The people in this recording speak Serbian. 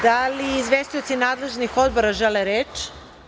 Da li izvestioci nadležni odbora žele reč?